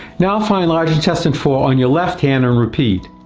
now find large intestine four on your left hand and repeat.